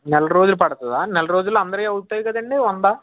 నెల రోజులు పడుతుందా నెల రోజుల్లో అందరివి అవుతాయి కదండి వంద